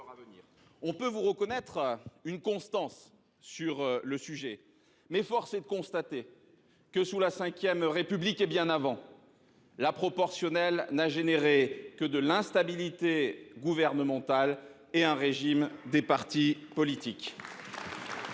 On peut vous reconnaître une constance sur le sujet, mais force est de constater que sous la Ve République et bien avant, la proportionnelle n'a généré que de l'instabilité gouvernementale et un régime des partis politiques.